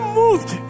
moved